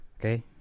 Okay